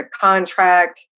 contract